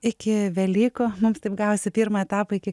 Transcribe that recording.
iki velykų mums taip gavosi pirmą etapą iki